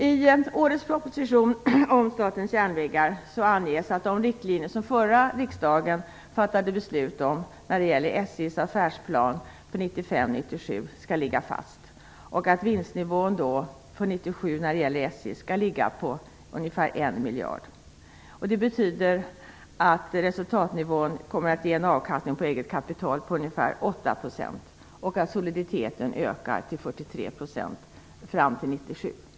I årets proposition om Statens järnvägar anges att de riktlinjer som förra riksdagen fattade beslut om när det gäller SJ:s affärsplan för 1995/97 skall ligga fast och att SJ:s vinstnivå för 1997 skall ligga på ungefär 1 miljard. Det betyder att resultatnivån kommer att ge en avkastning på eget kapital på ungefär 8 % och att soliditeten ökar till 43 % fram till 1997.